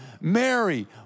Mary